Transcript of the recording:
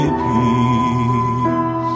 peace